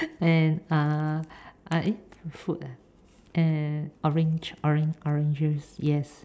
and uh eh food ah and orange orange orange juice yes